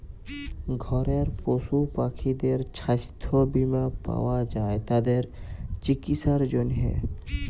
ঘরের পশু পাখিদের ছাস্থ বীমা পাওয়া যায় তাদের চিকিসার জনহে